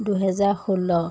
দুহেজাৰ ষোল্ল